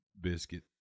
biscuit